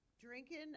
drinking